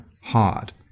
hard